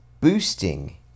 boosting